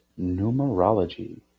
Numerology